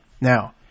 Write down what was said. Now